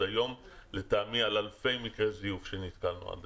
היום לטעמי על אלפי מקרי זיופים שנתקלנו עד היום.